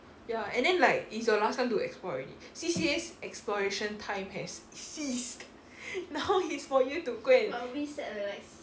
ya and then like it's your last time to explore already C_C_A exploration time has ceased now is for you to go and